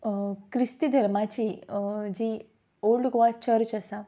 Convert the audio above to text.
क्रिस्ती धर्माची जी ओल्ड गोवा चर्च आसा